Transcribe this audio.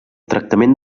tractament